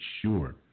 sure